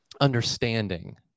understanding